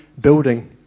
building